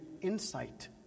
insight